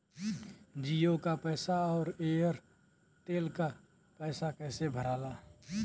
जीओ का पैसा और एयर तेलका पैसा कैसे भराला?